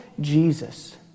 Jesus